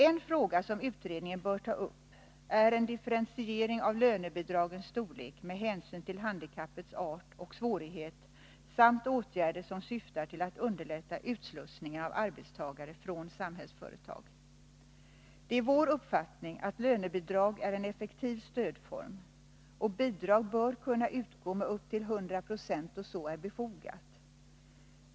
En fråga som utredningen bör ta upp är en differentiering av lönebidragens storlek med hänsyn till handikappets art och svårighet samt åtgärder som syftar till att underlätta utslussningen av arbetstagare från Samhällsföretag. Det är vår uppfattning att lönebidrag är en effektiv stödform, och bidrag bör kunna utgå med upp till 100 96 då så är befogat.